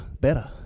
Better